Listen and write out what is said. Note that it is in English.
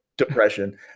depression